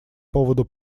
поводу